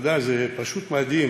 אתה יודע, זה פשוט מדהים.